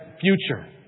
future